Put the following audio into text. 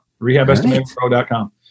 rehabestimatorpro.com